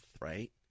right